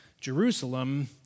Jerusalem